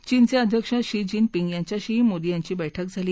चीनचे अध्यक्ष Xi Jinping यांच्याशीही मोदी यांची बैठक झाली